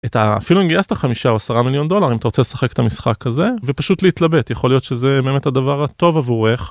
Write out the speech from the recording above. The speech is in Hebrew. אפילו אם נגייס את ה 5-10 מיליון דולר אם אתה רוצה לשחק את המשחק הזה ופשוט להתלבט, יכול להיות שזה באמת הדבר הטוב עבורך